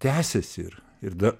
tęsias ir ir dar